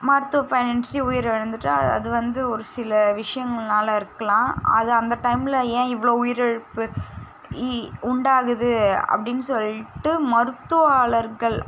மருத்துவ பயனின்றி உயிர் இழந்துட்டால் அது வந்து ஒரு சில விஷயங்கள்னால இருக்கலாம் அது அந்த டைம்ல ஏன் இவ்வளோ உயிர் இழப்பு இ உண்டாகுது அப்படின்னு சொல்லிட்டு மருத்துவ ஆளர்கள்